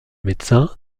médecin